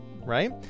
right